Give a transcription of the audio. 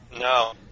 No